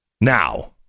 now